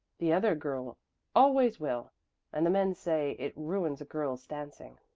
the other girl always will and the men say it ruins a girl's dancing.